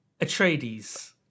Atreides